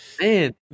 man